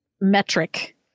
metric